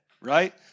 right